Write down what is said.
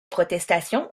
protestations